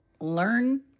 learn